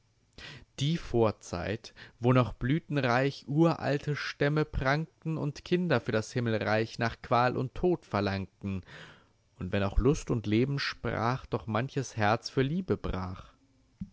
die vorzeit wo noch blütenreich uralte stämme prangten und kinder für das himmelreich nach qual und tod verlangten und wenn auch lust und leben sprach doch manches herz für liebe brach